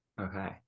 Okay